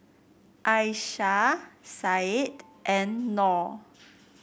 Aisyah Syed and Nor